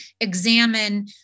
examine